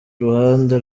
ruhande